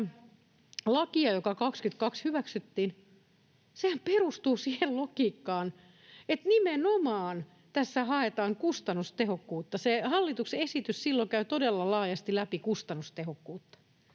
lakia, joka 22 hyväksyttiin, sehän perustuu siihen logiikkaan, että nimenomaan tässä haetaan kustannustehokkuutta — se hallituksen esitys käy todella laajasti läpi kustannustehokkuutta